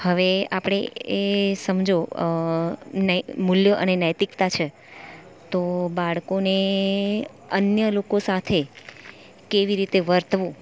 હવે આપણે સમજો નહીં મૂક્યો અને નૈતિકતા છે તો બાળકોને અન્ય લોકો સાથે કેવી રીતે વર્તવું